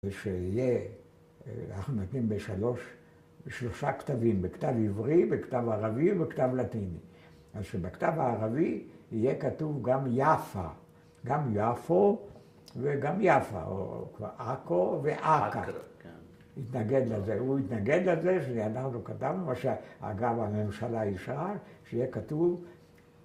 ‫שיהיה, אנחנו נותנים בשלושה כתבים, ‫בכתב עברי, בכתב ערבי ובכתב לטיני. ‫אז שבכתב הערבי יהיה כתוב ‫גם יפה, גם יפו וגם יפה, ‫או כבר עכו ועכת. ‫הוא יתנגד לזה, ‫שזה אדם לא כתב, ‫מה שאגב הממשלה אישרה, ‫שיהיה כתוב...